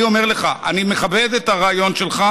אני אומר לך, אני מכבד את הרעיון שלך.